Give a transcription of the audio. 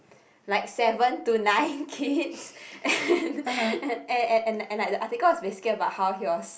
like seven to nine kids and like the article was very scared about he was